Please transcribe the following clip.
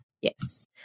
Yes